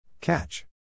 Catch